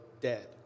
dead